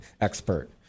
expert